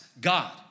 God